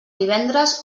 divendres